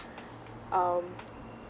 um